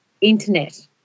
internet